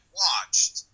watched